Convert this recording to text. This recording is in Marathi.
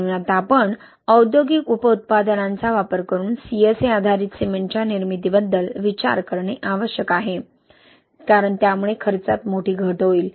म्हणून आता आपण औद्योगिक उपउत्पादनांचा वापर करून CSA आधारित सिमेंटच्या निर्मितीबद्दल विचार करणे आवश्यक आहे कारण त्यामुळे खर्चात मोठी घट होईल